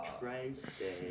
Tracy